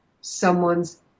someone's